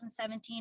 2017